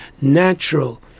natural